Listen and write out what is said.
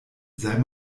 sei